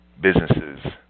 businesses